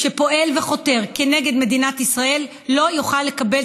שפועל וחותר כנגד מדינת ישראל לא יוכל לקבל